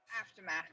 aftermath